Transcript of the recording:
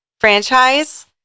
franchise